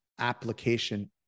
application